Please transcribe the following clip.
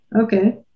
okay